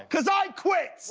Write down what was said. cuz i quit,